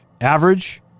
average